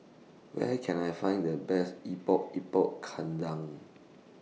Where Can I Find The Best Epok Epok Kentang